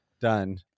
Done